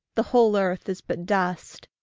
the whole earth is but dust,